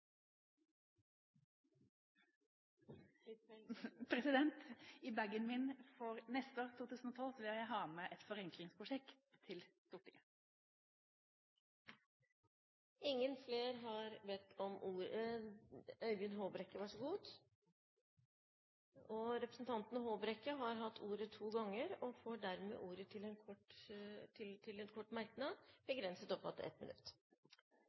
politiske resultater. I bagen min vil jeg for neste år, 2012, ha med et forenklingsprosjekt til Stortinget. Representanten Øyvind Håbrekke har hatt ordet to ganger og får ordet til en kort merknad, begrenset til 1 minutt.